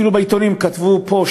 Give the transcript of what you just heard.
אפילו בעיתונים כתוב פה,